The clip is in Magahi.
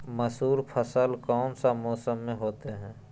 मसूर फसल कौन सा मौसम में होते हैं?